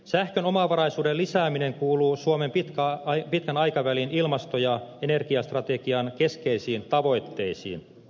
sähkön omavaraisuuden lisääminen kuuluu suomen pitkän aikavälin ilmasto ja energiastrategian keskeisiin tavoitteisiin